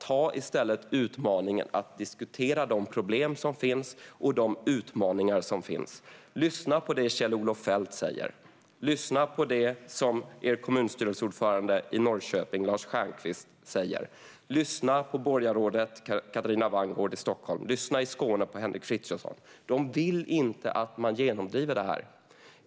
Ta i stället utmaningen att diskutera de problem som finns och de utmaningar som finns! Lyssna på det Kjell-Olof Feldt säger! Lyssna på det som er kommunstyrelseordförande i Norrköping, Lars Stjernkvist, säger! Lyssna på borgarrådet Karin Wanngård i Stockholm! Lyssna i Skåne på Henrik Fritzon! De vill inte att man genomdriver det här.